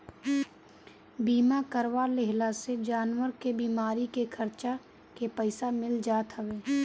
बीमा करवा लेहला से जानवर के बीमारी के खर्चा के पईसा मिल जात हवे